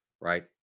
Right